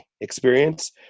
experience